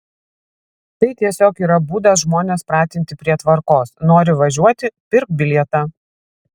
tai tiesiog yra būdas žmones pratinti prie tvarkos nori važiuoti pirk bilietą